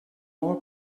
more